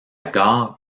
gare